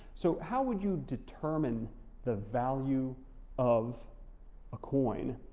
so how would you determine the value of a coin?